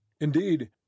Indeed